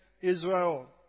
Israel